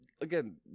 again